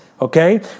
Okay